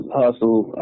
hustle